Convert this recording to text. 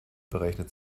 berechnet